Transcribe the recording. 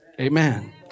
amen